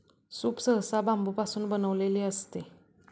soup सहसा बांबूपासून बनविलेले असते